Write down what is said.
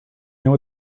you